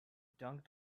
dunk